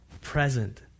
present